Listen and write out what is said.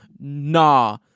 nah